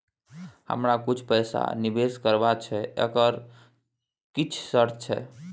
हमरा कुछ पैसा निवेश करबा छै एकर किछ शर्त छै?